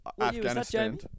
Afghanistan